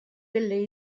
delle